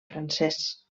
francès